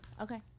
Okay